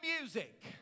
music